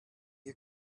you